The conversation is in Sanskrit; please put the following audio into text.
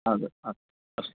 अदु अस्तु अस्तु